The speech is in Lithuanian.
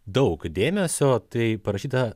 daug dėmesio tai parašyta